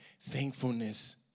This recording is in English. thankfulness